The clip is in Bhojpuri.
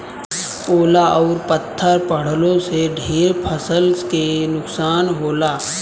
ओला अउर पत्थर पड़लो से ढेर फसल के नुकसान होला